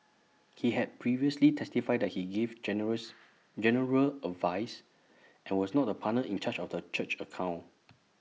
he had previously testified that he gave generous general advice and was not the partner in charge of the church's accounts